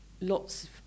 lots